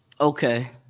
Okay